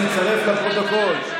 היא תעבור לוועדת